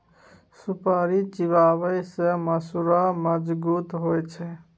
सुपारी चिबाबै सँ मसुरा मजगुत होइ छै